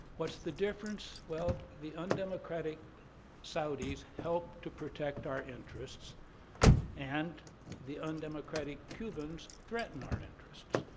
what's the difference? well, the undemocratic saudis help to protect our interests and the undemocratic cubans threatened our interests.